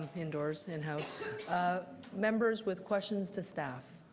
indoors, in-house. members with questions to staff.